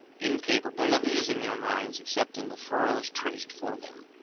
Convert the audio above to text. incapable of using their minds except in the furrows traced for them.